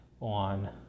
on